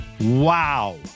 Wow